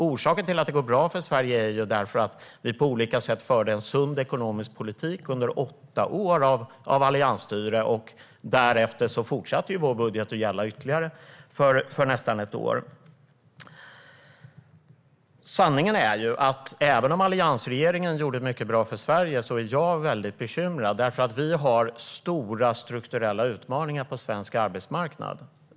Orsaken till att det går bra för Sverige är att vi på olika sätt förde en sund ekonomisk politik under åtta år av alliansstyre, och därefter fortsatte vår budget att gälla i ytterligare nästan ett år. Sanningen är: Även om alliansregeringen gjorde mycket bra för Sverige är jag väldigt bekymrad. Vi har nämligen stora strukturella utmaningar på svensk arbetsmarknad.